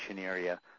area